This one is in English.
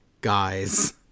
guys